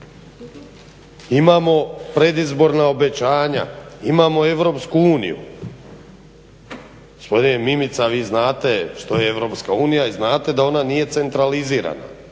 Imamo predizborna obećanja, imamo Europsku uniju, gospodine Mimica vi znate što je Europska unija i znate da ona nije centralizirana.